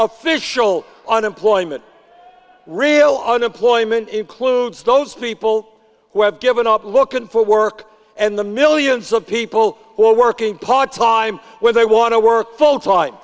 official unemployment real unemployment includes those people who have given up looking for work and the millions of people who are working part time where they want to work full time